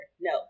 No